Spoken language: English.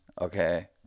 okay